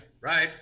Right